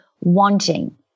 wanting